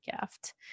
gift